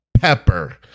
pepper